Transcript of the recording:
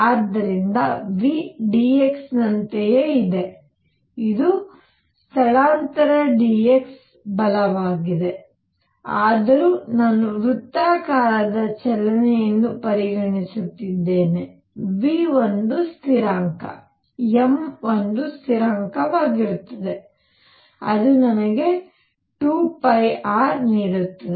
ಆದ್ದರಿಂದ v dx ನಂತೆಯೇ ಇದೆ ಇದು ಸ್ಥಳಾಂತರ dx ಬಲವಾಗಿದೆ ಆದರೂ ನಾನು ವೃತ್ತಾಕಾರದ ಚಲನೆಯನ್ನು ಪರಿಗಣಿಸುತ್ತಿದ್ದೇನೆ v ಒಂದು ಸ್ಥಿರಾಂಕ m ಒಂದು ಸ್ಥಿರಾಂಕವಾಗಿರುತ್ತದೆ ಅದು ನನಗೆ 2 r ನೀಡುತ್ತದೆ